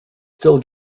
still